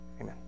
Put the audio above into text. Amen